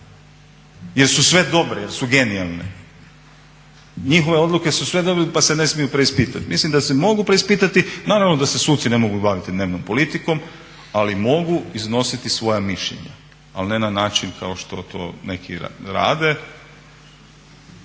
jer su sve dobre, jer su genijalne. Njihove odluke su sve dobre pa se ne mogu preispitati. Mislim da se mogu preispitati, naravno da se suci ne mogu baviti dnevnom politikom ali mogu iznositi svoja mišljenja ali ne na način kao što to neki rade.